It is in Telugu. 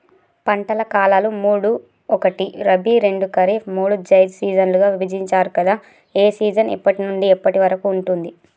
పంటల కాలాలు మూడు ఒకటి రబీ రెండు ఖరీఫ్ మూడు జైద్ సీజన్లుగా విభజించారు కదా ఏ సీజన్ ఎప్పటి నుండి ఎప్పటి వరకు ఉంటుంది?